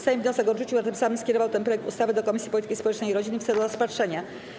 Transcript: Sejm wniosek odrzucił, a tym samym skierował ten projekt ustawy do Komisji Polityki Społecznej i Rodziny w celu rozpatrzenia.